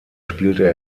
spielte